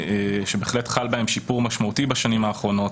שבהחלט חל בהם שיפור משמעותי בשנים האחרונות,